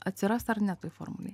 atsiras ar ne toj formulėj